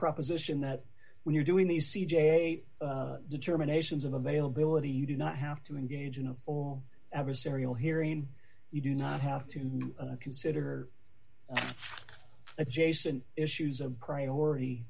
proposition that when you're doing these c j determinations of availability you do not have to engage in a formal adversarial hearing you do not have to consider adjacent issues a priority